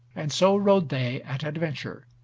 and so rode they at adventure.